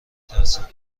ترسم